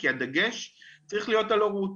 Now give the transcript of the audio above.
כי הדגש צריך להיות על הורות.